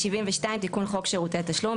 72 תיקון חוק שירותי התשלום.